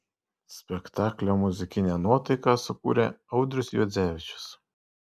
spektaklio muzikinę nuotaiką sukūrė audrius juodzevičius